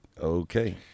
okay